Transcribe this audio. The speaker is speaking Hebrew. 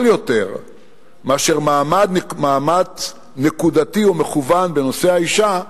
יותר מאשר מאמץ נקודתי ומכוּון בנושא האשה,